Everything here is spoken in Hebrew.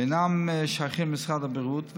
שאינם שייכים למשרד הבריאות,